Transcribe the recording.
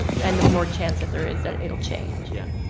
yeah. and the more chance that there is that it'll change yeah.